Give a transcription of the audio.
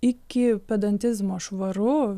iki pedantizmo švaru